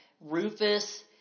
Rufus